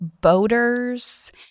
boaters